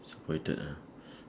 disappointed ah